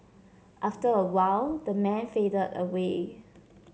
after a while the man faded away